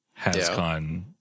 Hascon